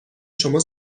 شما